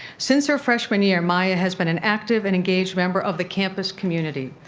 since her freshman year, maya has been an active and engaged member of the campus community.